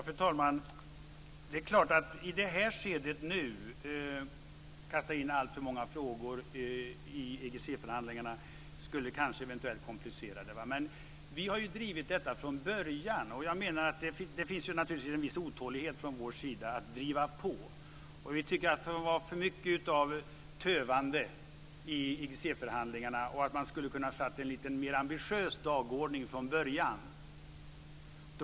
Fru talman! Att i det här skedet kasta in alltför många frågor i IGC-förhandlingarna skulle eventuellt komplicera dessa, men vi har drivit detta från början, och vi känner naturligtvis från vår sida en viss otålighet. Vi tycker att det är för mycket av tövande i IGC förhandlingarna och att man från början skulle ha kunnat sätta upp en lite mer ambitiös dagordning.